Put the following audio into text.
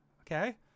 Okay